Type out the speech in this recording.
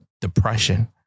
depression